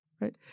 right